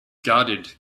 guarded